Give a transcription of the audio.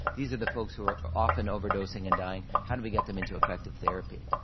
these are the folks who are often overdosing and dying, how do we get them into effective therapy?